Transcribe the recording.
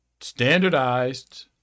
standardized